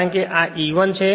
કારણ કે આ E1 છે